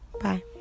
Bye